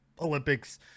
Olympics